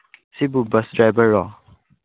ꯁꯤꯕꯨ ꯕꯁ ꯗ꯭ꯔꯥꯏꯚꯔꯔꯣ